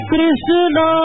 Krishna